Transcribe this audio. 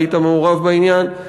היית מעורב בעניין,